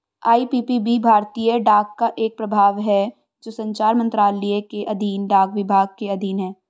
IPPB भारतीय डाक का एक प्रभाग है जो संचार मंत्रालय के अधीन डाक विभाग के अधीन है